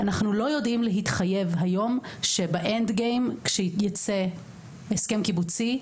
אנחנו לא יודעים להתחייב היום כשייצא הסכם קיבוצי,